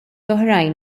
oħrajn